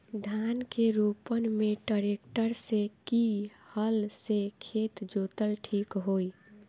धान के रोपन मे ट्रेक्टर से की हल से खेत जोतल ठीक होई?